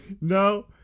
No